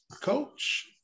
coach